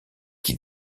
qui